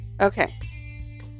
Okay